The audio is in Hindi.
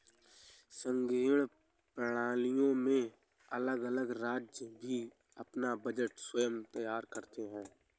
संघीय प्रणालियों में अलग अलग राज्य भी अपना बजट स्वयं तैयार करते हैं